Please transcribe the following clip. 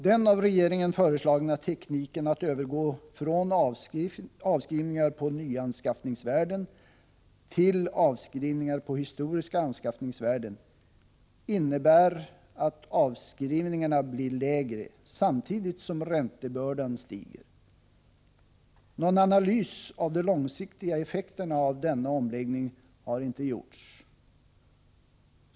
Den av regeringen föreslagna tekniken att övergå från avskrivningar på nyanskaffningsvärden till avskrivningar på historiska anskaffningsvärden innebär att avskrivningarna blir lägre, samtidigt som räntebördan stiger. Någon analys av de långsiktiga effekterna av denna omläggning har inte gjorts.